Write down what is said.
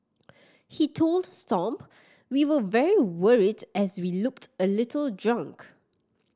he told Stomp we were very worried as he looked a little drunk